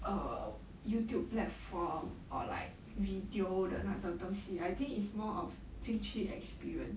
err YouTube platform or like video 的那种东西 I think it's more of 进去 experience